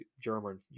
German